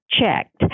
checked